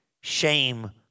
Shame